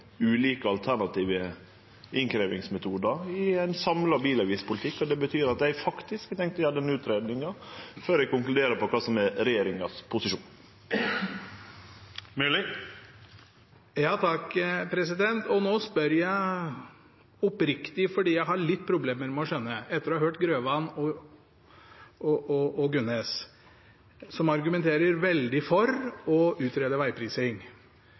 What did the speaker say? ulike alternative innkrevjingsmetodar i ein samla bilavgiftspolitikk. Det betyr at eg faktisk har tenkt å gjere den utgreiinga før eg konkluderer med kva som er regjeringas posisjon. Nå spør jeg oppriktig, fordi jeg har litt problemer med å skjønne dette etter å ha hørt Grøvan og Gunnes, som argumenterer veldig for å utrede veiprising. Stortinget hadde en bred høring med masse høringsinstanser, og alle var for å utrede veiprising.